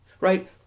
right